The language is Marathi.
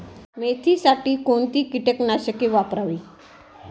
मेथीसाठी कोणती कीटकनाशके वापरावी?